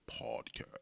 podcast